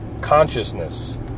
consciousness